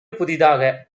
புதிதாக